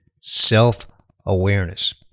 self-awareness